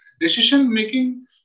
decision-making